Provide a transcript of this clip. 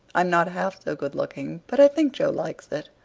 i'm not half so good-looking but i think jo likes it.